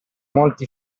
molti